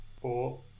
Four